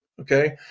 okay